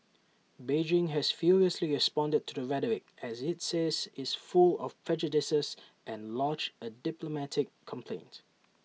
Beijing has furiously responded to the rhetoric as IT says is full of prejudices and lodged A diplomatic complaint